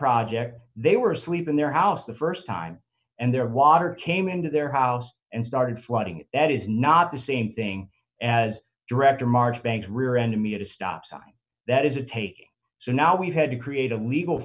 project they were asleep in their house the st time and their water came into their house and started flooding that is not the same thing as director marchbanks rear ended me at a stop sign that is it taking so now we've had to create a legal